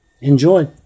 enjoy